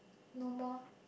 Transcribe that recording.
no more